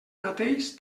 mateix